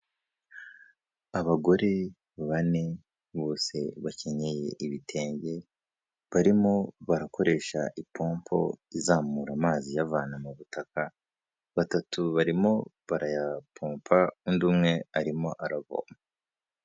Abagore bane bose bakenyeye ibitenge, barimo barakoresha ipompo izamura amazi iyavana mu butaka, batatu barimo barayapompa, undi umwe arimo aravoma.